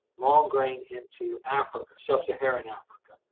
long grain into africa, sub-saharan africa,